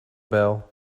bell